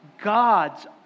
God's